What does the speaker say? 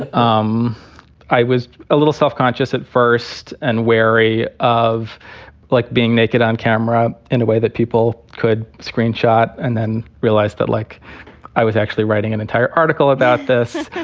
um i was a little self-conscious at first and wary of like being naked on camera in a way that people could screenshot and then realized that, like i was actually writing an entire article about this.